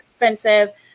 expensive